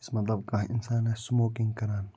مَطلَب کانٛہہ اِنسان آسہِ سموکِنٛگ کَران